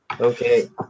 Okay